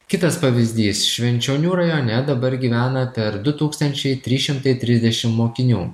kitas pavyzdys švenčionių rajone dabar gyvena per du tūkstančiai trys šimtai trisdešim mokinių